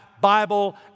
Bible